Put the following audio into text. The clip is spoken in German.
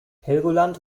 helgoland